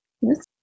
Yes